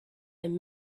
and